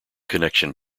connection